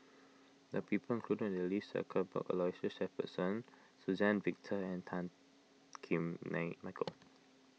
the people included in the list are Cuthbert Aloysius Shepherdson Suzann Victor and Tan Kim Nei Michael